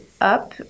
up